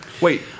Wait